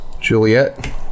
Juliet